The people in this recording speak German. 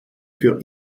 für